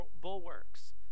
bulwarks